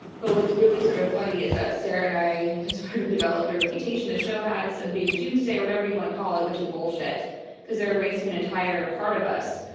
but what's really sort of funny is that sarah and i have sort of developed a reputation, the show has, of being doomsday or whatever you want to call it, which is bullshit because they're erasing an entire part of us,